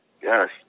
Yes